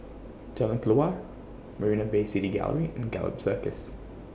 Jalan Kelawar Marina Bay City Gallery and Gallop Circus